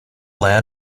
land